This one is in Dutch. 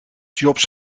jobs